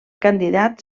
candidat